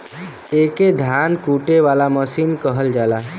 एके धान कूटे वाला मसीन कहल जाला